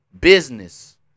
Business